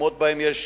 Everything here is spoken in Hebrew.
במקומות שבהם יש